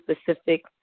specific